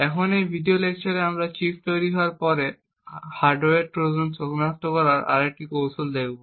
এখন এই ভিডিও লেকচারে আমরা চিপ তৈরি হওয়ার পরে হার্ডওয়্যার ট্রোজান সনাক্ত করার আরেকটি কৌশল দেখব